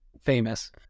famous